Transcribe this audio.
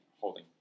holding